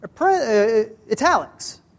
italics